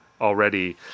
already